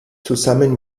zusammen